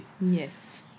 Yes